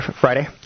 Friday